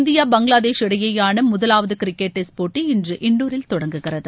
India Bangladesh இடையேயான முதலாவது cricket test போட்டி இன்று இண்டுரில் தொடங்குகிறது